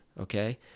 okay